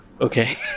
Okay